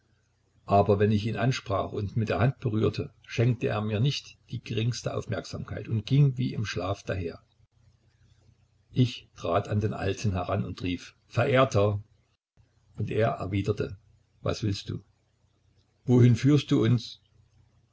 aber wenn ich ihn ansprach und mit der hand berührte schenkte er mir nicht die geringste aufmerksamkeit und ging wie im schlaf daher ich trat an den alten heran und rief verehrter und er erwiderte was willst du wohin führst du uns